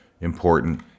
important